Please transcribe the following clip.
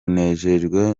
nejejwe